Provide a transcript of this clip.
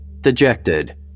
Dejected